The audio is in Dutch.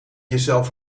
jezelf